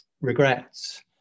regrets